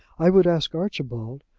i would ask archibald,